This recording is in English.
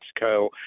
Mexico